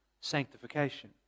sanctification